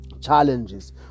challenges